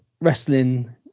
wrestling